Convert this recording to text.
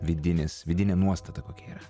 vidinis vidinė nuostata kokia yra